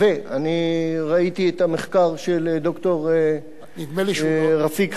אני ראיתי את המחקר של ד"ר רפיק חאג',